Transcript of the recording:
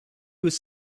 was